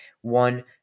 one